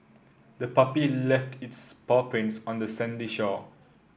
the puppy left its paw prints on the sandy shore